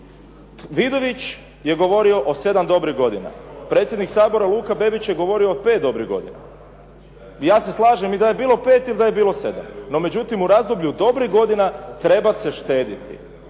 Vidović je govorio o sedam dobrih godina, predsjednik Sabora Luka Bebić je govorio o pet dobrih godina i ja se slažem i da je bilo pet i da je bilo sedam. No međutim, u razdoblju dobrih godina treba se štedjeti.